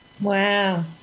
Wow